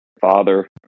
father